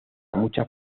muchas